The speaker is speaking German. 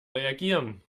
reagieren